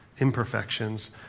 imperfections